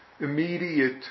immediate